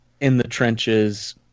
in-the-trenches